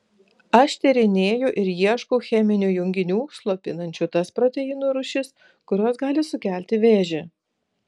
aš tyrinėju ir ieškau cheminių junginių slopinančių tas proteinų rūšis kurios gali sukelti vėžį